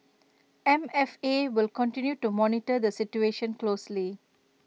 M F A will continue to monitor the situation closely